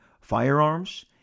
firearms